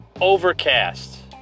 Overcast